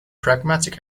pragmatic